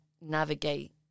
navigate